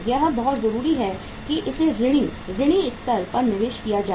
यह बहुत जरूरी है कि इसे ऋणी स्तर पर निवेश किया जाए